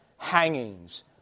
Hangings